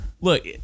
Look